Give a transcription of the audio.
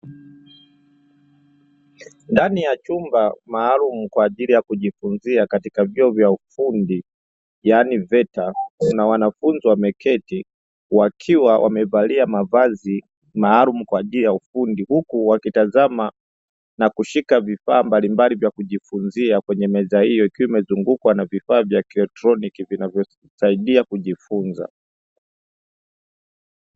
Ndani ya chumba maalumu, kwa ajili ya kujifunzia katika vyuo vya ufundi yaani VETA, kuna wanafunzi wameketi wakiwa wamevalia mavazi maalumu kwa ajili ya ufundi, huku wakitazama na kushika vifaa mbalimbali vya kujifunzia kwenye meza hiyo; ikiwa imezungukwa na vifaa vya kielektroniki vinavyosaidia kujifunza.